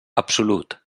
absolut